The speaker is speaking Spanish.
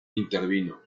intervino